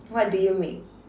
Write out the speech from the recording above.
what do you make